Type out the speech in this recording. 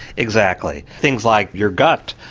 exactly, things like your gut,